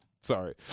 Sorry